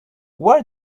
where